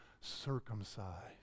circumcised